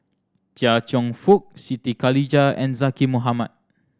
Chia Cheong Fook Siti Khalijah and Zaqy Mohamad